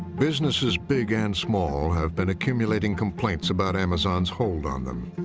businesses big and small have been accumulating complaints about amazon's hold on them.